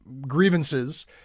grievances